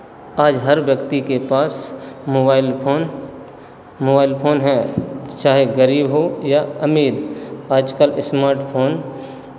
आज हर व्यक्ति के पास मोबाइल फ़ोन मोबाइल फ़ोन है चाहे गरीब हो या अमीर आज कल स्मार्ट फ़ोन